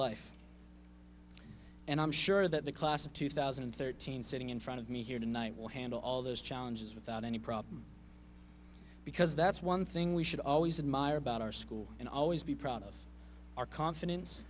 life and i'm sure that the class of two thousand and thirteen sitting in front of me here tonight will handle all those challenges without any problem because that's one thing we should always admire about our school and always be proud of our confidence